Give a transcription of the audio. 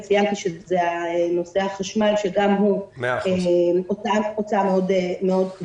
וציינתי את נושא החשמל שגם הוא הוצאה כבדה מאוד.